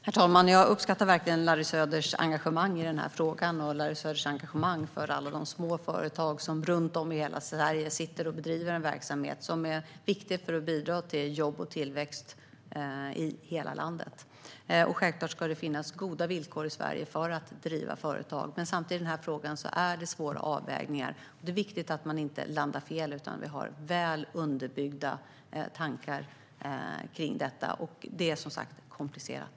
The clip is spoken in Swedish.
Herr talman! Jag uppskattar verkligen Larry Söders engagemang i frågan och hans engagemang för alla de små företag som runt om i Sverige bedriver verksamhet som är viktig för att bidra till jobb och tillväxt. Självklart ska det finnas goda villkor i Sverige för att driva företag. Samtidigt råder det svåra avvägningar i denna fråga. Det är viktigt att inte landa fel utan att det finns väl underbyggda tankar. Det är komplicerat.